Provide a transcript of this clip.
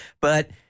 But-